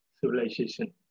civilization